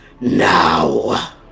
now